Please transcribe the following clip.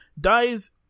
dies